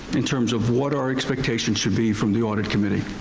in terms of what our expectations should be from the audit committee.